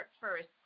first